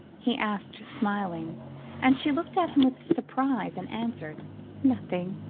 he asked, smiling and she looked at him with surprise, and answered nothing.